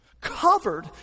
covered